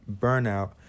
burnout